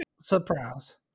Surprise